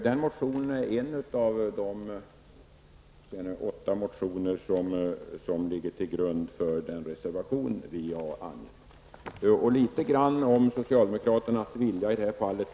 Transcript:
Den motionen är en av de åtta motioner som ligger till grund för den reservation vi har avgivit. Man är ju litet grand fundersam över socialdemokraternas vilja i det här fallet.